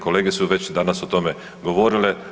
Kolege su već danas o tome govorile.